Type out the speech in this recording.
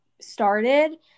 started